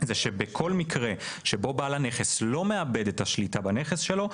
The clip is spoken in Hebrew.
זה שבכל מקרה שבו בעל הנכס לא מאבד את השליטה בנכס שלו,